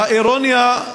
-- האירוניה היא